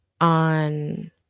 on